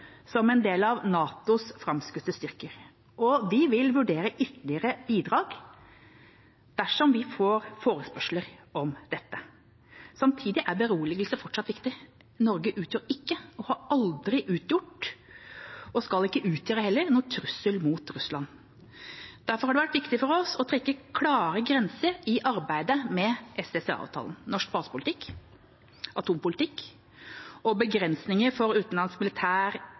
som del av NATOs framskutte styrker, og vi vil vurdere ytterligere bidrag dersom vi får forespørsler om dette. Samtidig er beroligelse fortsatt viktig. Norge utgjør ikke, har aldri utgjort og skal heller ikke utgjøre noen trussel mot Russland. Derfor har det vært viktig for oss å trekke opp klare grenser i arbeidet med SDCA-avtalen. Norsk basepolitikk, atompolitikk og begrensninger for utenlandsk militær